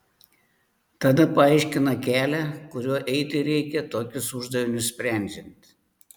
tada paaiškina kelią kuriuo eiti reikia tokius uždavinius sprendžiant